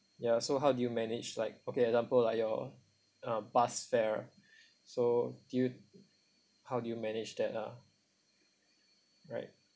ya so how do you manage like okay example like your um bus fare so do you how do you manage that lah right